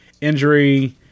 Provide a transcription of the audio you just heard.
injury